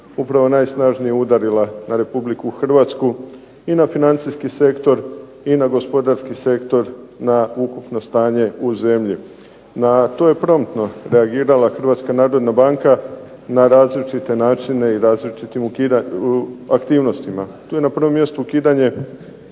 upravo najsnažnije udarila na Republiku Hrvatsku i na financijski sektor i na gospodarski sektor na ukupno stanje u zemlji. Na to je promptno reagirala Hrvatska narodna banka na različite načine i različitim aktivnostima. Tu je na prvom mjestu ukidanje